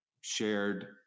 shared